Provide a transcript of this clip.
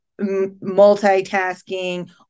multitasking